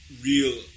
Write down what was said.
real